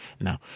Now